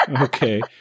Okay